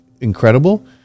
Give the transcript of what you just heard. incredible